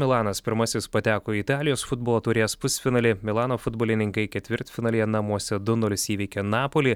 milanas pirmasis pateko į italijos futbolo taurės pusfinalį milano futbolininkai ketvirtfinalyje namuose du nulis įveikė napolį